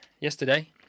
Yesterday